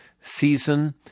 season